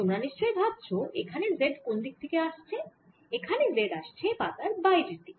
তোমরা নিশ্চয়ই ভাবছো এখানে z কোন দিক থেকে আসছে এখানে z আসছে পাতার বাইরের দিকে